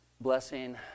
blessing